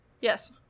Yes